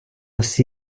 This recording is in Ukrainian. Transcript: всі